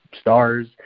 Stars